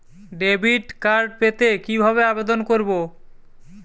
Debit card পেতে কি ভাবে আবেদন করব?